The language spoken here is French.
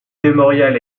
mémorial